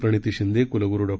प्रणिती शिंदे कुलगुरू डॉ